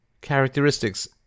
characteristics